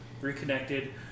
Reconnected